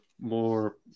more